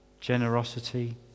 generosity